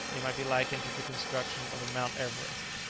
it might be likened to the construction of a mount everest,